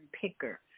picker